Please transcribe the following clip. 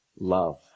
love